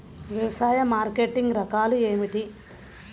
వ్యవసాయ మార్కెటింగ్ రకాలు ఏమిటి?